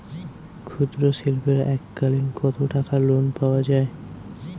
ক্ষুদ্রশিল্পের এককালিন কতটাকা লোন পাওয়া য়ায়?